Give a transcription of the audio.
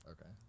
Okay